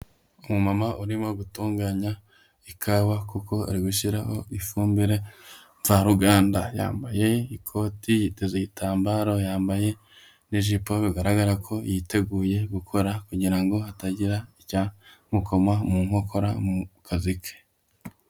Umumama urimo gutunganya ikawa kuko ari gushyiraho ifumbire mvaruganda, yambaye ikoti, yiteza igitambaro, yambaye n'ijipo bigaragara ko yiteguye gukora kugira ngo hatagira icyamukoma mu nkokora mu kazi ke.